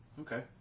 Okay